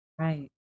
Right